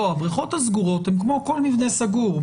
הבריכות הסגורות הן כמו כל מבנה סגור.